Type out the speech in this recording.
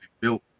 built